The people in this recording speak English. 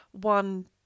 one